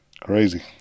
Crazy